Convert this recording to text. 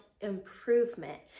improvement